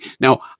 Now